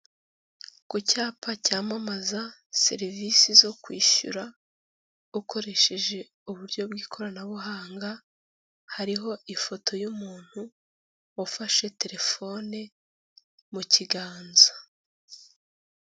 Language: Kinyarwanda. Ku cyapa cyamamaza serivisi zo kwishyura ukoresheje uburyo bw'ikoranabuhanga, hariho ifoto y'umuntu wafashe telefone mu kiganza.